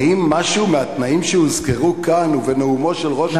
האם משהו מהתנאים שהוזכרו כאן ובנאומו של ראש הממשלה אינו מקובל עליכם?